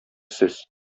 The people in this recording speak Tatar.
сез